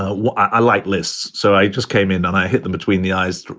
what i like lists. so i just came in and i hit them between the eyes.